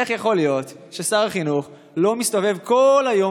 איך יכול להיות ששר החינוך לא מסתובב כל היום